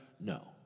No